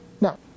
now